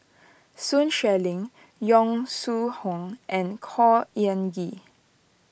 Sun Xueling Yong Shu Hoong and Khor Ean Ghee